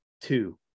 two